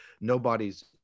nobody's